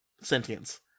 sentience